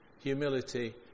humility